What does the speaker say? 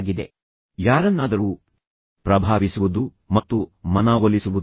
ಮನವೊಲಿಸುವುದು ಸಾಮಾನ್ಯವಾಗಿ ಯಾರನ್ನಾದರೂ ಪ್ರಭಾವಿಸುವುದು ಮತ್ತು ಮನವೊಲಿಸುವುದು